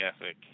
ethic